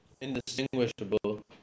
indistinguishable